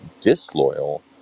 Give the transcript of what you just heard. Disloyal